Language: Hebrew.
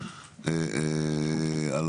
על